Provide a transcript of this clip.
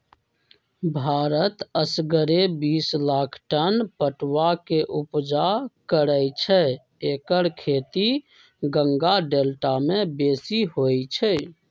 भारत असगरे बिस लाख टन पटुआ के ऊपजा करै छै एकर खेती गंगा डेल्टा में बेशी होइ छइ